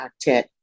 Octet